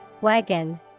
Wagon